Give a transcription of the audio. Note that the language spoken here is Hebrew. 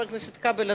חבר הכנסת כבל,